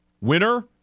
Winner